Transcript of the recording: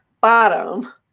bottom